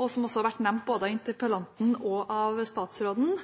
noe som også har vært nevnt både av interpellanten og av statsråden